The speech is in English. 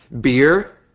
Beer